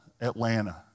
Atlanta